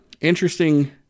interesting